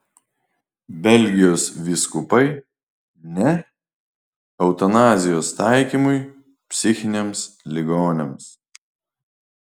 belgijos vyskupai ne eutanazijos taikymui psichiniams ligoniams